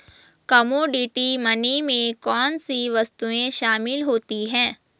Commodity money में कौन सी वस्तुएं शामिल होती हैं?